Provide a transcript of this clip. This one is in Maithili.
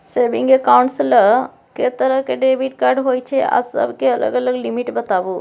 सेविंग एकाउंट्स ल के तरह के डेबिट कार्ड होय छै आ सब के अलग अलग लिमिट बताबू?